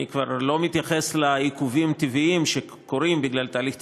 אני כבר לא מתייחס לעיכובים טבעיים שקורים בגלל תהליך תכנוני,